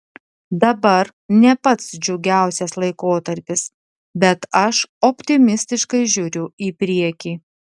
dabar ne pats džiugiausias laikotarpis bet aš optimistiškai žiūriu į priekį